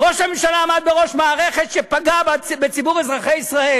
ראש הממשלה עמד בראש מערכת שפגעה בציבור אזרחי ישראל.